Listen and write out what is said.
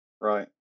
Right